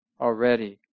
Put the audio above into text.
already